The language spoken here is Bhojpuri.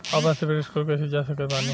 आपन सीबील स्कोर कैसे जांच सकत बानी?